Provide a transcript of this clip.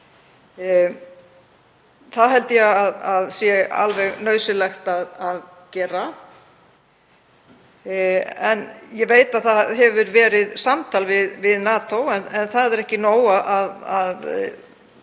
Það held ég að sé alveg nauðsynlegt að gera. Ég veit að það hefur verið samtal við NATO en það er ekki nóg að